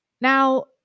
Now